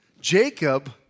Jacob